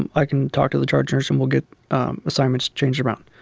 and i can talk to the charge nurse, and we'll get assignments changed around,